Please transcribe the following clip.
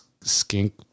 skink